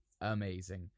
amazing